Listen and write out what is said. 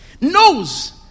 knows